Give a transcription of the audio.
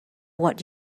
what